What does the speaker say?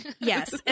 yes